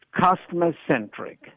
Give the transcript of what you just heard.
customer-centric